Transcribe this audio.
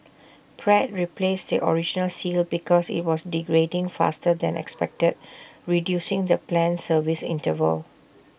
Pratt replaced the original seal because IT was degrading faster than expected reducing the planned service interval